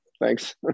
thanks